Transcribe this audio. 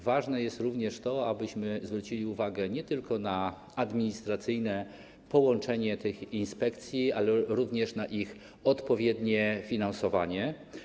Ważne jest również to, abyśmy zwrócili uwagę nie tylko na administracyjne połączenie tych inspekcji, ale również na ich odpowiednie finansowanie.